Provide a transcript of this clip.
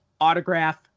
autograph